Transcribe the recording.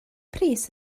pris